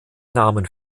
namen